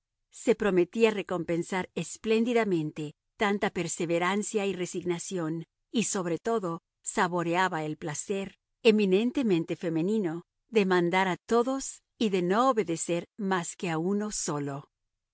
se prometía recompensar espléndidamente tanta perseverancia y resignación y sobre todo saboreaba el placer eminentemente femenino de mandar a todos y de no obedecer más que a uno solo